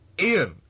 Ian